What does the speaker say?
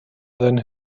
than